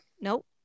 Nope